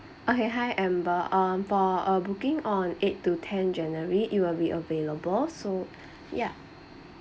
okay hi amber uh for a booking on eight to ten january it will be available so yeah